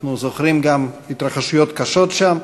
אנחנו זוכרים גם התרחשויות קשות שם.